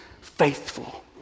faithful